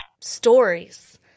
stories